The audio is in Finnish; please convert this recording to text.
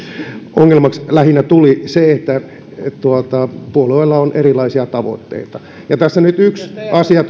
ongelmaksi tuli lähinnä se että puolueilla on erilaisia tavoitteita edustaja vartian puheessa tuli nyt yksi asia